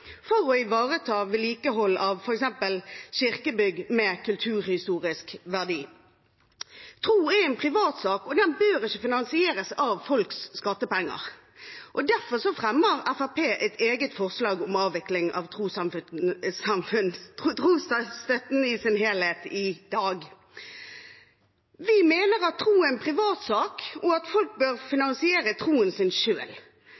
for å ivareta vedlikehold av f.eks. kirkebygg av kulturhistorisk verdi. Tro er en privatsak og bør ikke finansieres av folks skattepenger. Derfor fremmer Fremskrittspartiet et eget forslag om avvikling av trosstøtten i sin helhet i dag. Vi mener altså at tro er en privatsak, og at folk bør